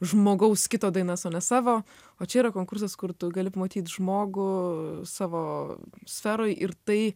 žmogaus kito dainas o ne savo o čia yra konkursas kur tu gali pamatyt žmogų savo sferoj ir tai